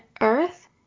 earth